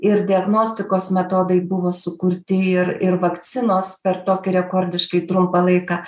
ir diagnostikos metodai buvo sukurti ir ir vakcinos per tokį rekordiškai trumpą laiką